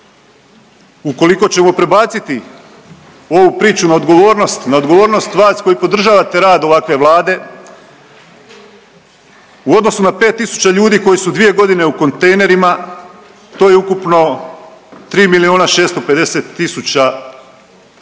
Ukoliko ćemo prebaciti ovu priču na odgovornost, na odgovornost vas koji podržavate rad ovakve Vlade u odnosu na 5 tisuća ljudi koji su dvije godine u kontejnerima to je ukupno 3 milijuna 650 tisuća